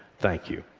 thank you.